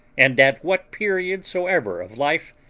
and at what period soever of life,